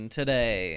today